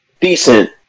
decent